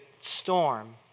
storm